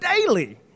daily